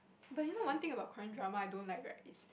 but you know one thing about Korean drama I don't like right it's